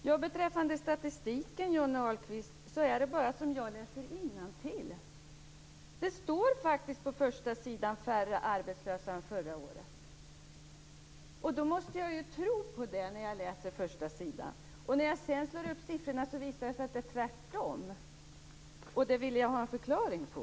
Herr talman! Beträffande statistiken, Johnny Ahlqvist, är det bara som jag läser innantill. Det står faktiskt på första sidan: Färre arbetslösa än förra året. Då måste jag ju tro på det när jag läser första sidan. När jag sedan slår upp siffrorna visar det sig att det är tvärtom. Det vill jag ha en förklaring på.